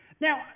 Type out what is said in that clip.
Now